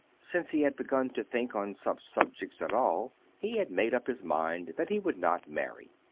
since he had begun to think on such subjects at all he had made up his mind that he would not marry.